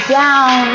down